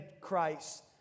Christ